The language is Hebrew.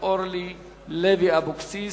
להכנתה לקריאה ראשונה לוועדת החוקה,